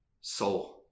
soul